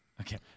Okay